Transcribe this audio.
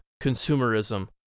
consumerism